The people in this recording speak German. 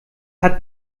hat